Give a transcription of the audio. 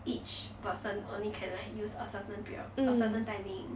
each person only can like use a certain period a certain timing